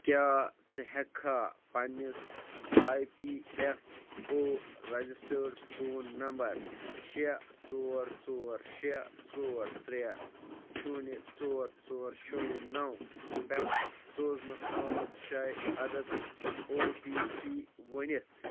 کیٛاہ ژٕ ہیٚکہِ کھا پننِس E P F O registered phone number شےٚ ژور ژور شےٚ ژور ترٛےٚ شوٗنہِ ژور ژور شوٗنہِ نَو پٮ۪ٹھ سوزنہٕ آمُت شےٚ عدد او ٹی پی ؤنِتھ